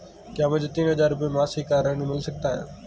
क्या मुझे तीन हज़ार रूपये मासिक का ऋण मिल सकता है?